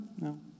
no